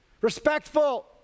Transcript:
Respectful